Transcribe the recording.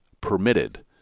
permitted